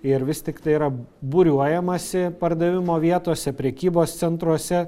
ir vis tiktai yra būriuojamasi pardavimo vietose prekybos centruose